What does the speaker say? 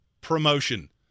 promotion